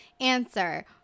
answer